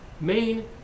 main